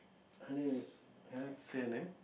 her name is can I say her name